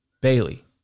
Bailey